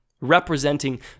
representing